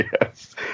Yes